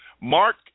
Mark